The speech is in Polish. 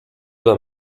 dla